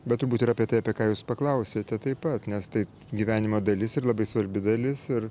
bet turbūt yra apie tai apie ką jūs paklausėte taip pat nes tai gyvenimo dalis ir labai svarbi dalis ir